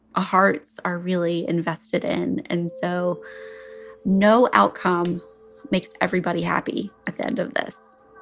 hearts are really invested in. and so no outcome makes everybody happy at the end of this